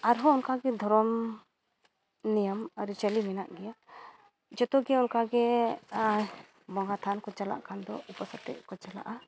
ᱟᱨᱦᱚᱸ ᱚᱱᱠᱟ ᱜᱮ ᱫᱷᱚᱨᱚᱢ ᱱᱤᱭᱚᱢ ᱟᱹᱨᱤᱪᱟᱹᱞᱤ ᱢᱮᱱᱟᱜ ᱜᱮᱭᱟ ᱡᱷᱚᱛᱚ ᱜᱮ ᱚᱱᱠᱟ ᱜᱮ ᱟᱨ ᱵᱚᱸᱜᱟ ᱛᱷᱟᱱ ᱠᱚ ᱪᱟᱞᱟᱜ ᱠᱷᱟᱱ ᱫᱚ ᱩᱯᱟᱹᱥ ᱠᱟᱛᱮᱫ ᱜᱮᱠᱚ ᱪᱟᱞᱟᱜᱼᱟ